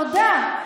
תודה.